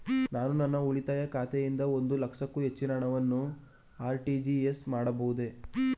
ನಾನು ನನ್ನ ಉಳಿತಾಯ ಖಾತೆಯಿಂದ ಒಂದು ಲಕ್ಷಕ್ಕೂ ಹೆಚ್ಚಿನ ಹಣವನ್ನು ಆರ್.ಟಿ.ಜಿ.ಎಸ್ ಮಾಡಬಹುದೇ?